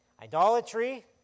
Idolatry